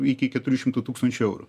iki keturių šimtų tūkstančių eurų